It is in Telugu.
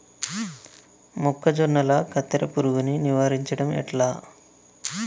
మొక్కజొన్నల కత్తెర పురుగుని నివారించడం ఎట్లా?